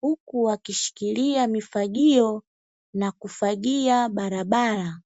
huku wakishikilia mifagio na kufagia barabara.